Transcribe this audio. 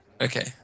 Okay